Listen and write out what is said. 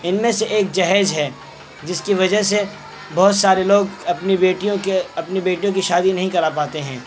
ان میں سے ایک جہیز ہے جس کی وجہ سے بہت سارے لوگ اپنی بیٹیوں کے اپنی بیٹیوں کی شادی نہیں کرا پاتے ہیں